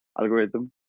algorithm